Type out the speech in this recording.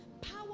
power